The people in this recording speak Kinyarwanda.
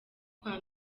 kwa